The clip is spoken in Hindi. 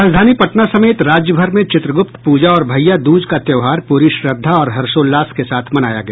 राजधानी पटना समेत राज्य भर में चित्रगुप्त पूजा और भैया दूज का त्योहार पूरी श्रद्धा और हर्षोल्लास के साथ मनाया गया